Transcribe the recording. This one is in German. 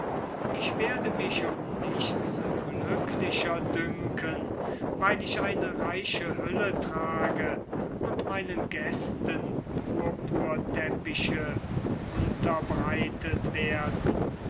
ich werde mich um nichts glücklicher dünken weil ich eine reiche hülle trage und meinen gästen purpurteppiche unterbreitet werden